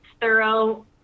thorough